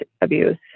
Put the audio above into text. abuse